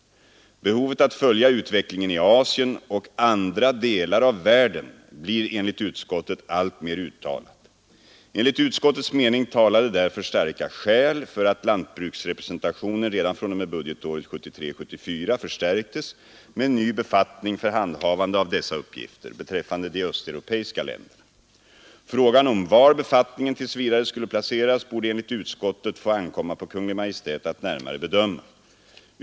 Behovet att följa utvecklingen i Asien och andra delar av världen blir enligt utskottet alltmer påtagligt. Enligt utskottets mening talade därför starka skäl för att lantbruksrepresentationen redan fr.o.m. budgetåret 1973/74 förstärktes med en ny befattning för handhavande av dessa uppgifter beträffande de östeuropeiska länderna. Frågan om var befattningen tills vidare skulle placeras borde enligt utskottet få ankomma på Kungl. Maj:t att närmare bedöma.